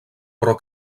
però